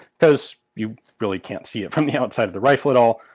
because you really can't see it from the outside of the rifle at all.